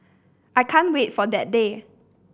I can't wait for that day